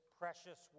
precious